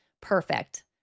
perfect